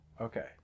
Okay